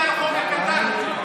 בוא תצביע איתי על החוק הקטן שלי.